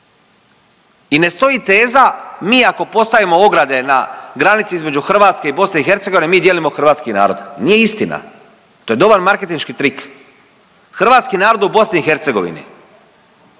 I ne stoji teza, mi ako postavimo ograde na granici između Hrvatske i BiH, mi dijelimo hrvatski narod. Nije istina. To je dobar marketinški trik. Hrvatski narod u BiH koji